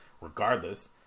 Regardless